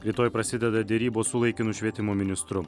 rytoj prasideda derybos su laikinu švietimo ministru